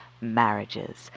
marriages